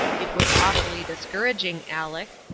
it was awfully discouraging, aleck!